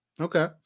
Okay